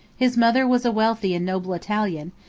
his mother was a wealthy and noble italian,